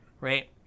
Right